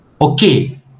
Okay